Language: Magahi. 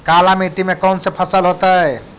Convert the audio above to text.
काला मिट्टी में कौन से फसल होतै?